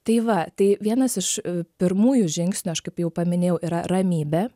tai va tai vienas iš pirmųjų žingsnių aš kaip jau paminėjau yra ramybė